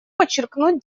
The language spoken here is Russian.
подчеркнуть